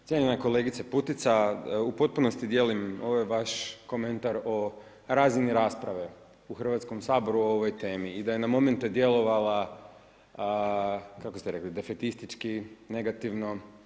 Cijenjena kolegice Putica, u potpunosti dijelim ovaj vaš komentar o razini rasprave u Hrvatskom saboru o ovoj temi i da je na momente djelovala, kako ste rekli, defetistički, negativno.